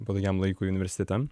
patogiam laikui universitete